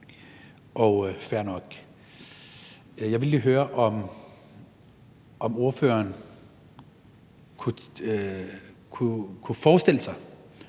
er fair nok. Jeg vil lige høre, om ordføreren kunne forestille sig,